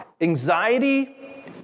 anxiety